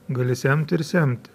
gali semti ir semti